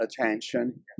attention